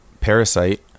parasite